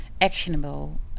actionable